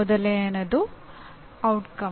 ಮೊದಲನೆಯದು ಪರಿಣಾಮ